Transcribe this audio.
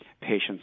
patients